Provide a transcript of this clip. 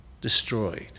destroyed